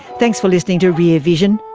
thanks for listening to rear vision,